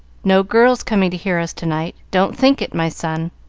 no girls coming to hear us to-night. don't think it, my son.